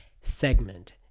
segment